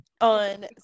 On